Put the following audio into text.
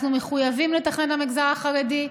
אנחנו מחויבים לתכנן למגזר החרדי,